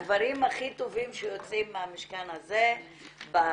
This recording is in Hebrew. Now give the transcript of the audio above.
הדברים הכי טובים שיוצאים מהמשכן הזה בשנים